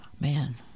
Man